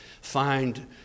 find